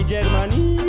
Germany